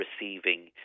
receiving